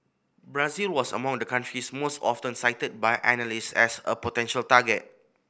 Brazil was among the countries most often cited by analyst as a potential target